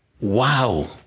Wow